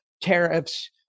tariffs